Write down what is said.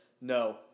no